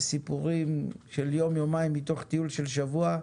יש סיפורים של יום-יומיים מתוך טיול של שבוע,